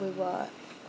we were